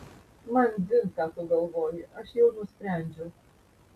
man dzin ką tu galvoji aš jau nusprendžiau